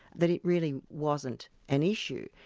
that it really wasn't an issue.